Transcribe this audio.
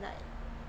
like